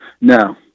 No